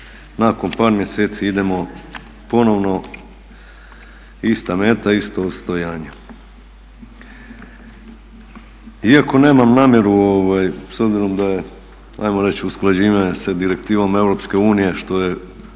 nakon par mjeseci idemo ponovno ista meta, isto odstojanje. Iako nemam namjeru s obzirom da je, ajmo reći usklađivanje sa direktivom Europske unije što je,